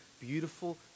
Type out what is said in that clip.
beautiful